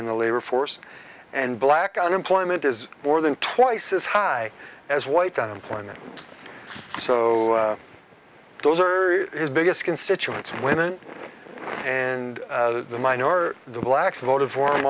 in the labor force and black unemployment is more than twice as high as white unemployment so those are his biggest constituents of women and the mine or the blacks voted for him